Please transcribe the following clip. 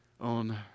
on